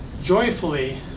joyfully